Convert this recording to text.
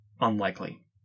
unlikely